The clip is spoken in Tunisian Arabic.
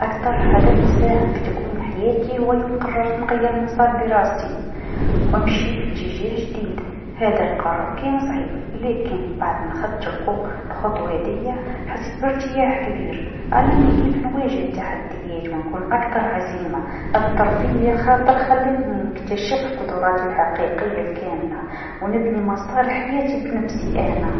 أكثر حدث ساهم في تكوين حياتي هو يوم قررت نغير مسار دراستي و أمشي في إتجاه جديد، هذا القرار كان صعيب لكن بعد ما أتخذت القو-الخطوه هاذيا حسيت بإرتياح كبير علمني كيف نواجه التحديات و نكون أكثر عزيمه، أثر فيا خاطر خلتني نكتشف قدراتي الحقيقه الكاملة و نبني مسار حياتي بنفسي أنا.